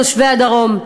תושבי הדרום,